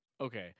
okay